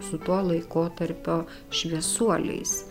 su to laikotarpio šviesuoliais